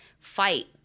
fight